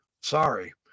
Sorry